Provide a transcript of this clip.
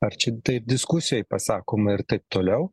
ar čia tai diskusijoj pasakoma ir taip toliau